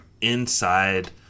inside